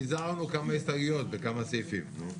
פיזרנו כמה הסתייגויות בכמה סעיפים.